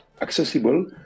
accessible